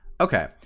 Okay